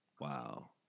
Wow